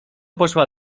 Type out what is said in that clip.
poszła